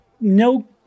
no